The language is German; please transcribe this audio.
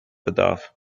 bedarf